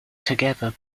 together